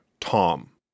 Tom